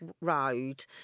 Road